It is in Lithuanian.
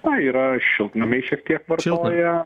tai yra šiltnamiai šiek tiek vartoja